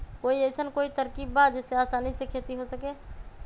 कोई अइसन कोई तरकीब बा जेसे आसानी से खेती हो सके?